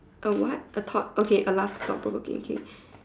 a what a thought okay a last thought provoking okay